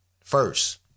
first